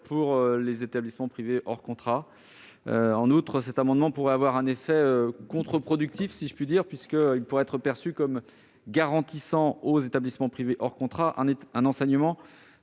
pour les établissements privés hors contrat. En outre, cet amendement pourrait avoir un effet contre-productif, puisqu'il pourrait être perçu comme garantissant aux établissements privés hors contrat un enseignement